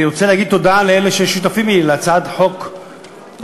אני רוצה להגיד תודה לאלה ששותפים לי להצעת חוק המכר,